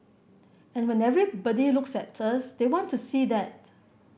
and when everybody looks at us they want to see that